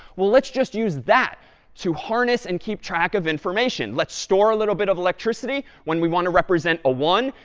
well, let's just use that to harness and keep track of information. let's store a little bit of electricity when we want to represent a one,